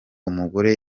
umugore